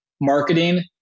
marketing